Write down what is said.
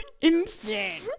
insane